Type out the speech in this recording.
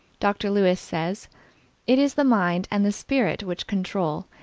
dr. lewis says it is the mind and the spirit which control,